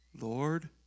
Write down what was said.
Lord